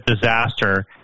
disaster